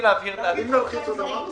להבהיר את ההצעה שלנו.